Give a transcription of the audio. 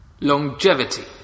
Longevity